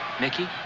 Mickey